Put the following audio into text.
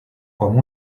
como